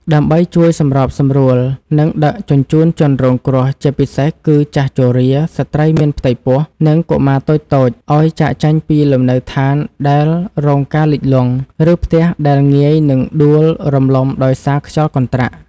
ដើម្បីជួយសម្របសម្រួល និងដឹកជញ្ជូនជនរងគ្រោះ ជាពិសេសគឺចាស់ជរា ស្ត្រីមានផ្ទៃពោះ និងកុមារតូចៗឱ្យចាកចេញពីលំនៅដ្ឋានដែលរងការលិចលង់ ឬផ្ទះដែលងាយនឹងដួលរំលំដោយសារខ្យល់កន្ត្រាក់។